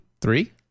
three